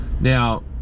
Now